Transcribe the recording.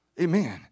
Amen